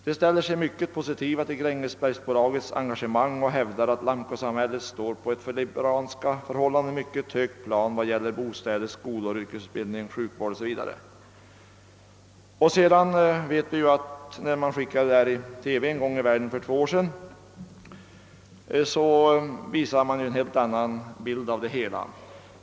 De ställer sig mycket positiva till Grängesbergsbolagets engagemang och hävdar att Lamcosamhället står på ett för liberianska förhållanden mycket högt plan vad gäller bostäder, skolor, yrkesutbildning, sjukvård och löner.» När TV för två år sedan gjorde ett program om Lamco fick man en helt annan bild av projektet.